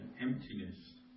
emptiness